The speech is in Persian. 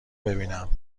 ببینم